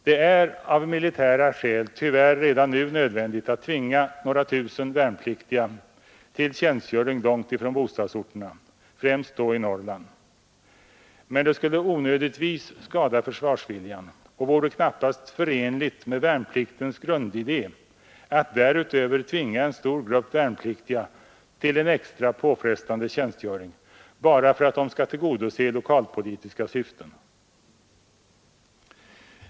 Det är av militära skäl tyvärr redan nu nödvändigt att tvinga några tusen värnpliktiga till tjänstgöring långt från bostadsorterna — främst då i Norrland. Men det skulle onödigtvis skada försvarsviljan och vore knappast förenligt med värnpliktens grundidé att därutöver tvinga en stor grupp värnpliktiga till en extra påfrestande tjänstgöring, bara för att det skall tillgodose lokalpolitiska syften.